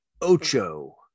Ocho